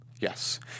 Yes